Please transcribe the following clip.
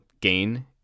gain